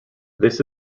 this